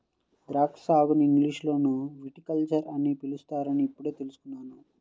ద్రాక్షా సాగుని ఇంగ్లీషులో విటికల్చర్ అని పిలుస్తారని ఇప్పుడే తెల్సుకున్నాను